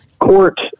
court